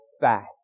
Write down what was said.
fast